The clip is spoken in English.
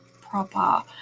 proper